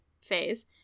phase